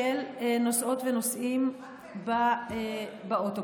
של נוסעות ונוסעים באוטובוס,